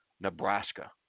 Nebraska